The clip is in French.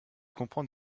comprend